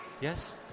Yes